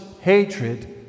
hatred